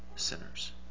sinners